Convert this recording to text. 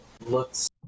looks